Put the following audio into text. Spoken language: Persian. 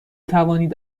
توانید